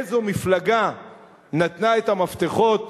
איזה מפלגה נתנה את המפתחות